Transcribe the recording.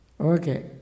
Okay